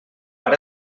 ara